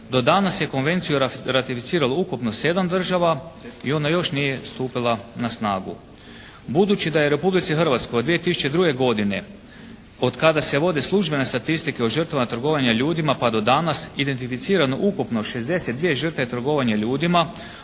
Do danas je Konvenciju ratificiralo ukupno 7 država i ona još nije stupila na snagu. Budući da je Republici Hrvatskoj od 2002. godine od kada se vode službene statistike o žrtvama trgovanja ljudima pa do danas identificirano ukupno 62 žrtve trgovanja ljudima,